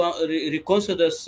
reconsider